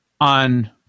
On